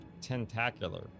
tentacular